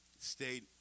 state